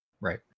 right